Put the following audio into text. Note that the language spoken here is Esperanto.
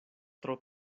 tro